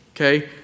Okay